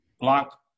block